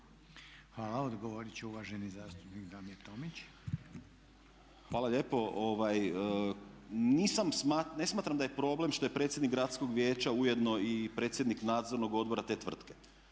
Hvala. Odgovorit će uvaženi zastupnik Tomić. **Tomić, Damir (SDP)** Hvala lijepo. Ne smatram da je problem što je predsjednik Gradskog vijeća ujedno i predsjednik Nadzornog odbora te tvrtke.